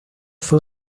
fue